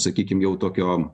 sakykim jau tokio